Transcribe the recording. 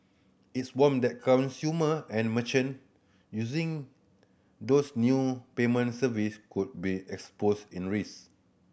it's warned that consumer and merchant using those new payment services could be exposed in risk